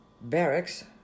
barracks